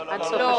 לא.